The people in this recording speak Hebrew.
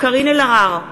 קארין אלהרר,